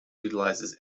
utilizes